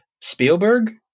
Spielberg